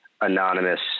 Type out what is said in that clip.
anonymous